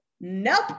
Nope